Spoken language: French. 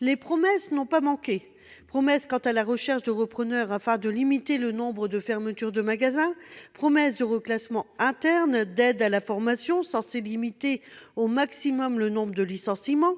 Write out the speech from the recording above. Les promesses n'ont pas manqué : promesses quant à la recherche de repreneurs, afin de limiter le nombre de fermetures de magasins ; promesses de reclassements internes, d'aides à la formation, censés limiter au maximum le nombre de licenciements,